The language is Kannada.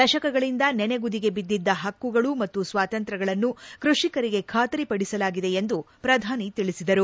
ದಶಕಗಳಿಂದ ನನೆಗುದಿಗೆ ಬಿದ್ದಿದ್ದ ಪಕ್ಕುಗಳು ಮತ್ತು ಸ್ವಾತಂತ್ರ್ಯಗಳನ್ನು ಕೃಷಿಕರಿಗೆ ಖಾತರಿಪಡಿಸಲಾಗಿದೆ ಎಂದು ಪ್ರಧಾನಿ ತಿಳಿಸಿದರು